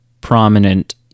prominent